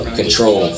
control